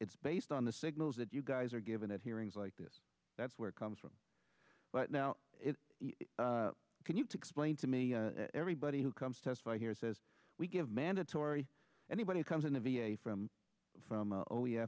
it's based on the signals that you guys are given at hearings like this that's where it comes from but now it can you explain to me everybody who comes testify here says we give mandatory anybody comes in a v a from from